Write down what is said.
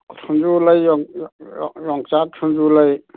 ꯁꯤꯡꯖꯨ ꯂꯩ ꯌꯣꯡꯆꯥꯛ ꯁꯤꯡꯖꯨ ꯂꯩ